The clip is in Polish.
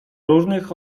różnych